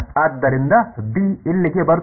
ಆದ್ದರಿಂದ ಬಿ ಇಲ್ಲಿಗೆ ಬರುತ್ತದೆ